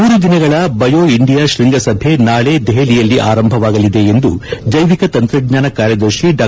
ಮೂರು ದಿನಗಳ bio India ಶ್ವಂಗಸಭೆ ನಾಳೆ ದೆಹಲಿಯಲ್ಲಿ ಆರಂಭವಾಗಲಿದೆ ಎಂದು ಜೈವಿಕ ತಂತ್ರಜ್ಞಾನ ಕಾರ್ಯದರ್ಶಿ ಡಾ